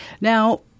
Now